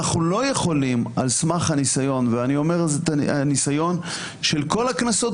אנחנו לא יכולים על סמך הניסיון - ואני אומר הניסיון של כל הכנסות